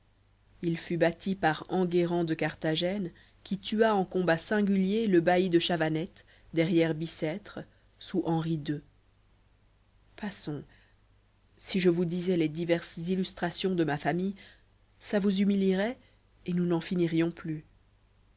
il fut bâti par anguerrand de carthagène qui tua en combat singulier le bailli de chavanette derrière bicêtre sous henri ii passons si je vous disais les diverses illustrations de ma famille ça vous humilierait et nous n'en finirions plus